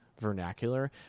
vernacular